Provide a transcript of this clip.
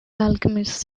alchemist